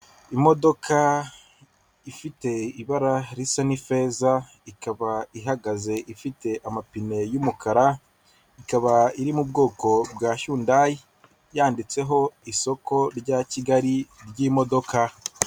Imodoka ifite ibara risa n'ifeza, ikaba ihagaze ifite amapine y'umukara, ikaba iri mu bwoko bwa shyundayi, yanditseho isoko rya Kigali ry'imodoka.